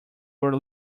were